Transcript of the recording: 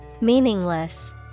Meaningless